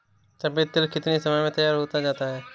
सफेद तिल कितनी समय में तैयार होता जाता है?